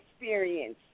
experience